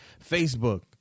Facebook